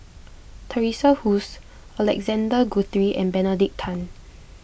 Teresa Hsu Alexander Guthrie and Benedict Tan